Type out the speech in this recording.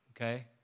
okay